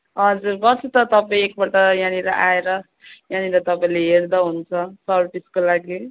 हजुर गर्छु त तपाईँ एकपल्ट यहाँनिर आएर यहाँनिर तपाईँले हेर्दा हुन्छ सर्भिसको लागि